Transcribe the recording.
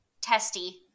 testy